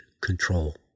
control